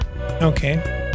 Okay